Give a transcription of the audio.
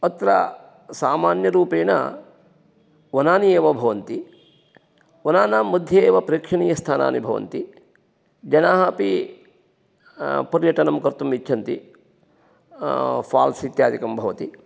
अत्र सामान्यरूपेण वनानि एव भवन्ति वनानां मध्ये एव प्रेक्षणीयस्थानानि भवन्ति जनाः अपि पर्यटनं कर्तुम् इच्छन्ति फ़ाल्स् इत्यादिकं भवति